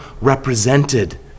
represented